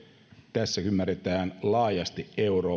tässä ymmärretään laajasti eurooppaa